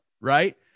right